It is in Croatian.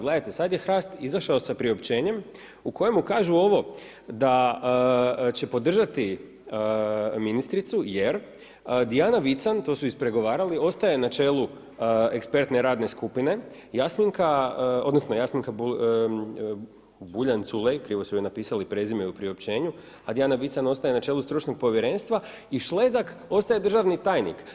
Gledajte sad je HRAST izašao sa priopćenjem u kojemu kažu ovo, da će podržati ministricu jer Dijana Vican to su ispregovarali ostaje na čelu ekspertne radne skupine Jasminka, odnosno Jasminka Buljan Culej krivo su joj napisali prezime u priopćenju a Dijana Vican ostaje na čelu stručnog povjerenstva i Šlezak ostaje državni tajnik.